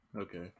okay